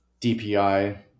DPI